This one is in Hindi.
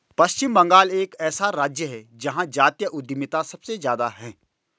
पश्चिम बंगाल एक ऐसा राज्य है जहां जातीय उद्यमिता सबसे ज्यादा हैं